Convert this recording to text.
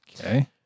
Okay